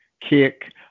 kick